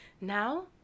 Now